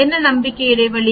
என்ன நம்பிக்கை இடைவெளி